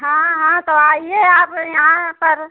हाँ हाँ तो आईए आप यहाँ पर